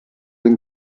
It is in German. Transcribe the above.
den